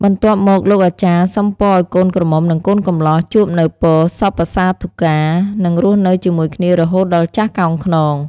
បន្ទាប់មកលោកអាចារ្យសុំពរឱ្យកូនក្រមុំនិងកូនកម្លោះជួបនូវពរសព្វសាធុការ និងរស់នៅជាមួយគ្នារហូតដល់ចាស់កោងខ្នង។